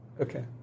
okay